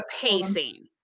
pacing